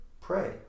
Pray